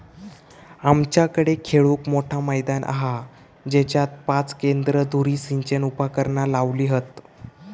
आमच्याकडे खेळूक मोठा मैदान हा जेच्यात पाच केंद्र धुरी सिंचन उपकरणा लावली हत